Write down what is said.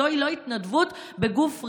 זוהי לא התנדבות בגוף רשמי,